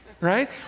right